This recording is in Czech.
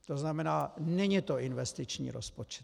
To znamená, není to investiční rozpočet.